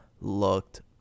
looked